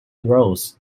roads